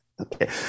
Okay